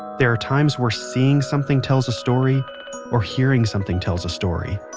there are times where seeing something tells a story or hearing something tells a story.